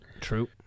true